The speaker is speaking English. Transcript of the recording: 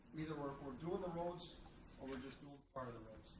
either we're we're doing the roads or we're just doing part of the roads.